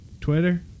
Twitter